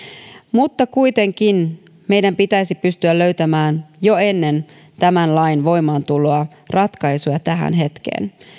mutta kuitenkin meidän pitäisi pystyä löytämään jo ennen tämän lain voimaantuloa ratkaisuja tähän hetkeen